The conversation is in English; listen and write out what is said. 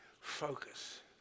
Focus